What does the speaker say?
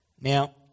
Now